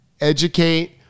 educate